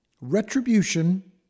retribution